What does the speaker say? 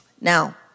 Now